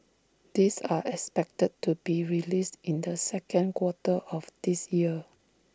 these are expected to be released in the second quarter of this year